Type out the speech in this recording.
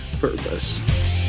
purpose